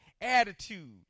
attitude